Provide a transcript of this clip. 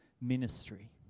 ministry